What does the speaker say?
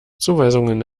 zuweisungen